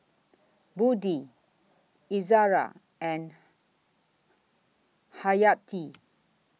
Budi Izara and Hayati